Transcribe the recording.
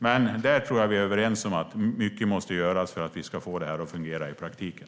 Jag tror dock att vi är överens om att mycket måste göras för att vi ska få det här att fungera i praktiken.